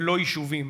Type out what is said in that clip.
ולא יישובים.